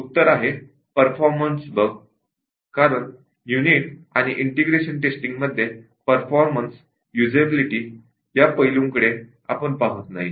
उत्तर आहे performance bugs कारण युनिट आणि इंटिग्रेशन टेस्टिंग मध्ये परफॉर्मन्स युजेबिलिटी या पैलूंकडे आपण पाहत नाही